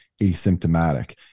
asymptomatic